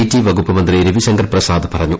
T വകുപ്പ് മന്ത്രി രവിശങ്കർ പ്രസാദ് പറഞ്ഞു